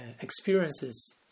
experiences